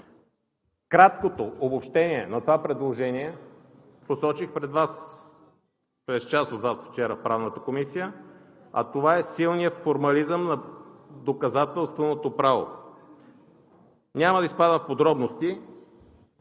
Краткото обобщение на това предложение посочих пред част от Вас вчера в Правната комисия, а това е силният формализъм на доказателственото право. Няма да изпадам в подробности.